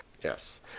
Yes